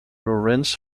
lorentz